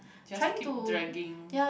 just keep dragging